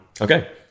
Okay